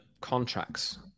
contracts